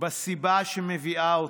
בסיבה שמביאה אותנו,